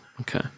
Okay